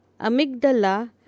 amygdala